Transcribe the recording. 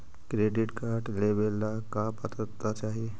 Credit card लेवेला का पात्रता चाही?